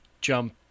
jump